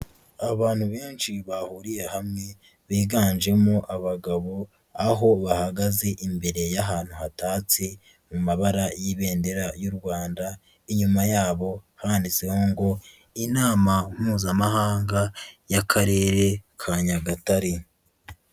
Abantu benshi bahuriye hamwe, biganjemo abagabo, aho bahagaze imbere y'ahantu hatatse, mu mabara y'ibendera ry'u Rwanda, inyuma yabo handitsweho ngo "inama mpuzamahanga y'akarere ka Nyagatare.